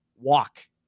walk